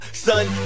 Son